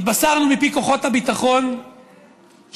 התבשרנו מפי כוחות הביטחון שרון,